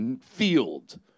field